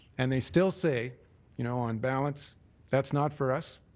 and they still say you know on balance that's not for us,